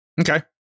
okay